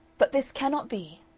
but this cannot be.